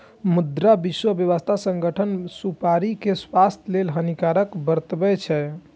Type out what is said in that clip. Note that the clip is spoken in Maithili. मुदा विश्व स्वास्थ्य संगठन सुपारी कें स्वास्थ्य लेल हानिकारक बतबै छै